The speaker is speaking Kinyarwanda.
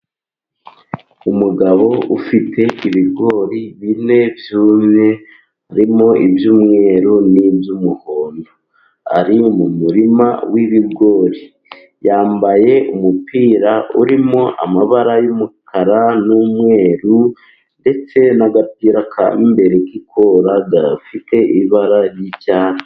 Umugabo ufite ibigori bine byumye, harimo iby'umweru n'iby'umuhondo, ari mu murima w'ibigori yambaye umupira urimo amabara y'umukara n'umweru, ndetse n'agapira k'imbere k'ikora gafite ibara ry'icyatsi.